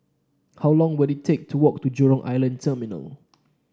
how long will it take to walk to Jurong Island Terminal